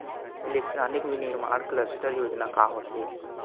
Electronic विनीर्माण cluster योजना का होथे?